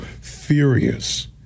furious